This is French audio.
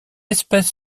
espèce